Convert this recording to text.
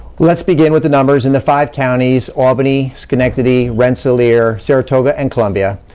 let's begin with the numbers in the five counties, albany, schenectady, rensselaer, saratoga, and columbia.